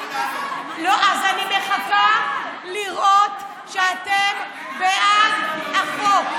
חבר הכנסת בוסו,